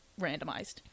randomized